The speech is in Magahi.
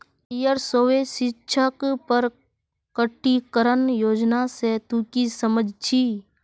आइर स्वैच्छिक प्रकटीकरण योजना से तू की समझ छि